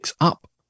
up